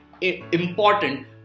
Important